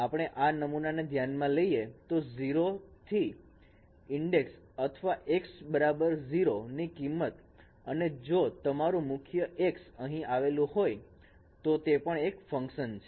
આપણે આ નમૂના ધ્યાનમાં લઈએ તો 0 થી ઇન્ડેક્ષ અથવા x બરાબર 0 ની કિંમત અને જો તમારું મુખ્ય x અહીં આવેલું હોય તો તે પણ એક ફંકશન છે